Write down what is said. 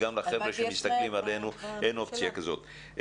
וגם לחבר'ה שמסתכלים עלינו אין אופציה כזאת.